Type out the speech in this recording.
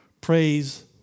Praise